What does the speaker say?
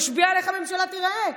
זה משפיע על איך הממשלה תיראה.